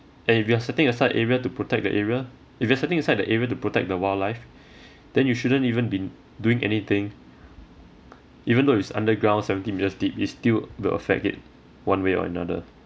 and if you are setting aside area to protect the area if you're setting aside the area to protect the wildlife then you shouldn't even been doing anything even though it's underground seventy metres deep is still will effect it one way or another